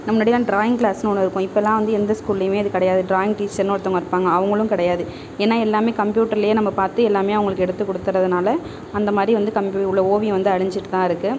முன்னாடியெலாம் டிராயிங் கிளாஸ்ன்னு ஒன்று இருக்கும் இப்பெலாம் வந்து எந்த ஸ்கூல்லேயுமே அது கிடையாது டிராயிங் டீச்சர்ன்னு ஒருத்தவங்க இருப்பாங்க அவங்குளும் கிடையாது ஏன்னால் எல்லாமே கம்பியூட்டர்லேயே நம்ம பார்த்து எல்லாமே அவங்குளுக்கு எடுத்து கொடுத்துடுறதுனால அந்த மாதிரி வந்து இவ்வளோ ஓவியம் வந்து அழிஞ்சுட்டு தான் இருக்குது